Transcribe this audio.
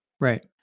Right